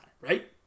right